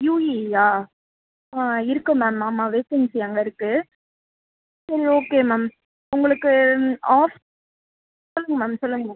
யூஇயா ஆ இருக்குது மேம் ஆமாம் வேக்கன்சி அங்கே இருக்குது சரி ஓகே மேம் உங்களுக்கு ஆஃப் சொல்லுங்கள் மேம் சொல்லுங்கள் மேம்